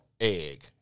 egg